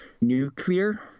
Nuclear